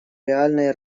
реальной